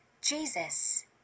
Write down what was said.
Jesus